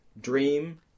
Dream